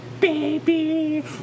baby